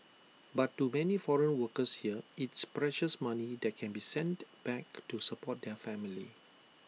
but to many foreign workers here it's precious money that can be sent back to support their family